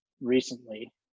recently